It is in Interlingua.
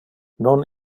non